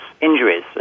injuries